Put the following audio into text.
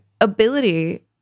ability